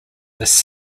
this